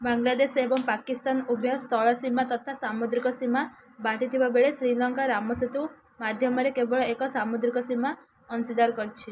ବାଂଲାଦେଶ ଏବଂ ପାକିସ୍ତାନ ଉଭୟ ସ୍ଥଳ ସୀମା ତଥା ସାମୁଦ୍ରିକ ସୀମା ବାଣ୍ଟିଥିବାବେଳେ ଶ୍ରୀଲଙ୍କା ରାମ ସେତୁ ମାଧ୍ୟମରେ କେବଳ ଏକ ସାମୁଦ୍ରିକ ସୀମା ଅଂଶୀଦାର କରିଛି